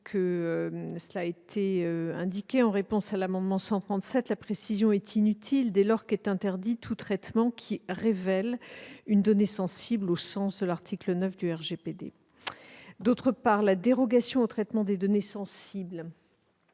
cela a été indiqué en réponse à l'amendement n° 137, la précision est inutile dès lors qu'est interdit tout traitement qui révèle une donnée sensible au sens de l'article 9 du RGPD. D'autre part, la dérogation au traitement des données sensibles,